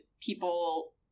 people